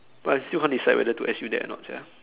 but I still can't decide whether to S_U that or not sia